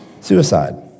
suicide